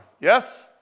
Yes